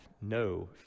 no